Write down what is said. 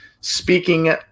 Speaking